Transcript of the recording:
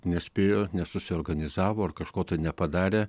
nespėjo nesusiorganizavo ar kažko tai nepadarė